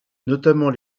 notamment